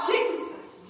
Jesus